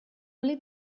only